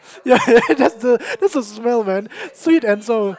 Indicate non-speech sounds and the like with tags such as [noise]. ya [laughs] that's the that's the smell man sweet and sour